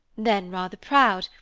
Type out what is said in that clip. then rather proud,